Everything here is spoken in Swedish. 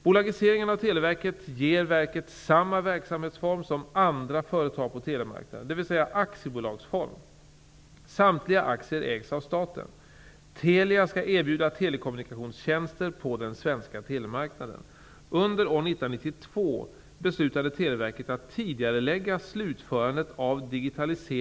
Bolagiseringen av Televerket ger verket samma verksamhetsform som andra företag på telemarknaden, dvs. aktiebolagsform. Samtliga aktier ägs av staten. Telia skall erbjuda telekommunkationstjänster på den svenska telemarknaden.